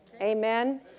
Amen